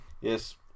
Yes